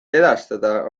edastada